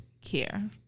care